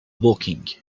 woking